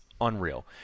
unreal